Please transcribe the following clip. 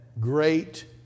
Great